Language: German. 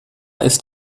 ist